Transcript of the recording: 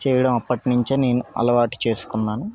చేయడం అప్పటి నుంచే నేను అలవాటు చేసుకున్నాను